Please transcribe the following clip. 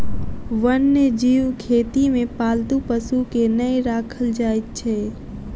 वन्य जीव खेती मे पालतू पशु के नै राखल जाइत छै